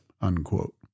unquote